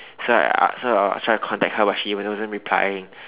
so I I so I was trying to contact her but she wasn't replying